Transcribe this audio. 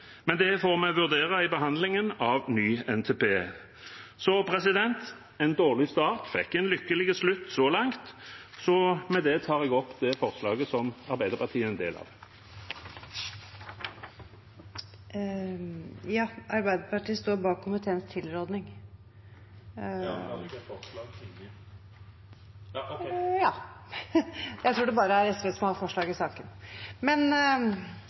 men det får vi vurdere i behandlingen av ny NTP. En dårlig start fikk en lykkelig slutt så langt. Med det anbefaler jeg innstillingen, som Arbeiderpartiet er en del av. Det er et bredt flertall som støtter muligheten for forskuttering og at regjeringa kan legge til rette for det, så jeg skal prøve å fatte meg i